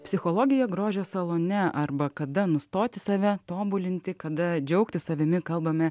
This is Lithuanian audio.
psichologija grožio salone arba kada nustoti save tobulinti kada džiaugtis savimi kalbame